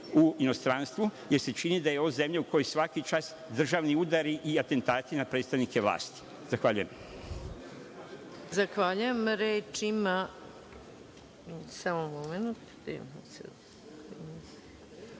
u inostranstvu, jer se čini da je ovo zemlja u kojoj svaki čas državni udari i atentati na predstavnike vlasti. Zahvaljujem.